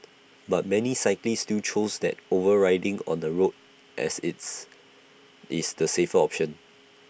but many cyclists still choose that over riding on the road as its is the safer option